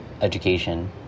education